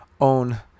own